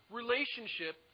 relationship